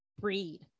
breed